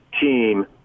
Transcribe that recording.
team